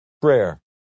prayer